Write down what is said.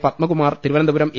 Padmakumar Thiruvananthapuram A